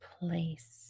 place